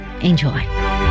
Enjoy